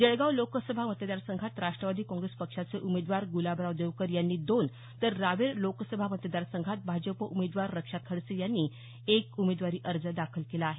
जळगाव लोकसभा मतदार संघात राष्ट्रवादी कॉग्रेस पक्षाचे उमेदवार गुलाबराव देवकर यांनी दोन तर रावेर लोकसभा मतदार संघात भाजप उमेदवार रक्षा खडसे यांनी एक उमेदवारी अर्ज दाखल केला आहे